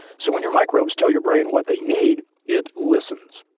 so when your microbes tell your brain what they need, it listens.